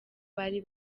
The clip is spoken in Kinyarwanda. bari